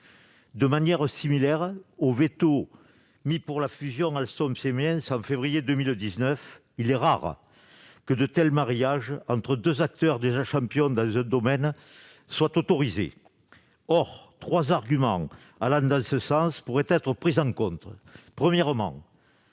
leur droit de veto contre la fusion d'Alstom et de Siemens en février 2019. Il est rare que de tels mariages entre deux acteurs déjà champions dans leur domaine soient autorisés. Or trois arguments allant dans ce sens pourraient être pris en compte. Premièrement,